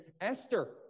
Esther